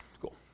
Cool